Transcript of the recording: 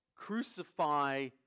crucify